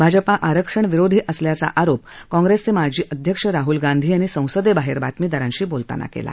भाजपा आरक्षणविरोधी असल्याचा आरोप काँग्रेसचे माजी अध्यक्ष राहुल गांधी यांनी आज संसदे बाहेर बातमीदारांशी बोलताना केला